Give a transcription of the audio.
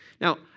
Now